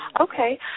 Okay